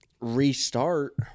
restart